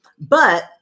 but-